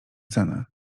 cenę